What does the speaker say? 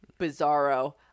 Bizarro